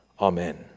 Amen